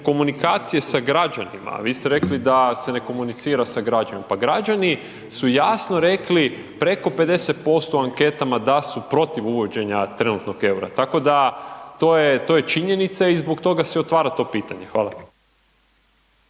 komunikacije sa građanima, a vi ste rekli da se ne komunicira sa građanima, pa građani su jasno rekli preko 50% u anketama da su protiv uvođenja trenutnog EUR-a, tako da, to je, to je činjenica i zbog toga se i otvara to pitanje. Hvala.